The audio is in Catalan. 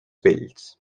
bells